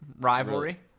Rivalry